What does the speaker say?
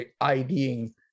IDing